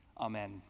Amen